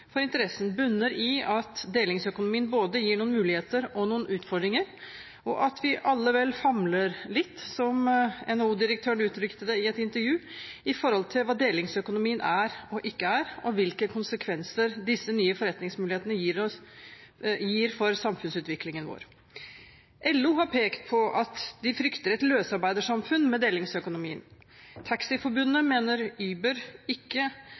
av interessen bunner i at delingsøkonomien gir både noen muligheter og noen utfordringer, og at vi alle vel «famler» litt, som NHO-direktøren uttrykte det i et intervju, når det gjelder hva delingsøkonomien er og ikke er, og hvilke konsekvenser disse nye forretningsmulighetene gir for samfunnsutviklingen vår. LO har pekt på at de frykter et løsarbeidersamfunn med delingsøkonomien. Taxiforbundet mener Uber ikke